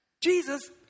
Jesus